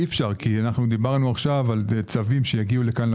לא, כי דיברנו עכשיו על צווים שיגיעו הנה לוועדה.